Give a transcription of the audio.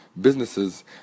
businesses